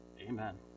Amen